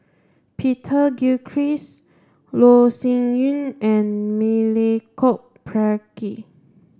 Peter Gilchrist Loh Sin Yun and Milenko Prvacki